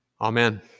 Amen